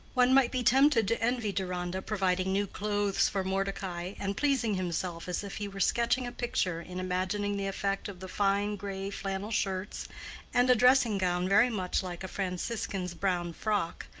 one might be tempted to envy deronda providing new clothes for mordecai, and pleasing himself as if he were sketching a picture in imagining the effect of the fine gray flannel shirts and a dressing-gown very much like a franciscan's brown frock,